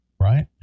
right